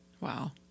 Wow